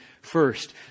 first